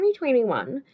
2021